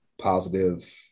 positive